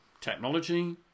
technology